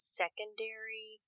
secondary